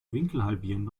winkelhalbierende